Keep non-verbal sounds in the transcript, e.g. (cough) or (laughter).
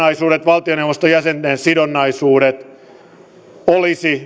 valtioneuvoston jäsenten sidonnaisuudet olisivat (unintelligible)